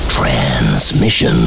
Transmission